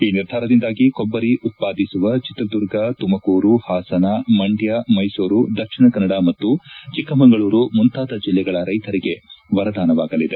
ಈ ನಿರ್ಧಾರದಿಂದಾಗಿ ಕೊಬ್ಬರಿ ಉತ್ಪಾದಿಸುವ ಚಿತ್ರದುರ್ಗ ತುಮಕೂರು ಹಾಸನ ಮಂಡ್ವ ಮೈಸೂರು ದಕ್ಷಿಣ ಕನ್ನಡ ಮತ್ತು ಚಿಕ್ಕಮಗಳೂರು ಮುಂತಾದ ಜಿಲ್ಲೆಗಳ ರೈತರಿಗೆ ವರದಾನವಾಗಲಿದೆ